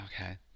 Okay